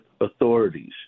authorities